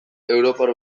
europar